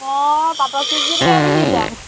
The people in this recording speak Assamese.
মই পাটৰ চিটজুতিকে পিন্ধি যাম